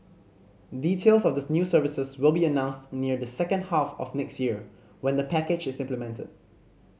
details of the new services will be announced near the second half of next year when the package is implemented